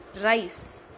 Rice